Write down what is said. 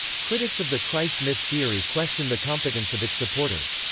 critics of the christ myth theory question the competence of its supporters.